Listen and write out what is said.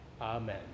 Amen